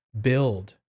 build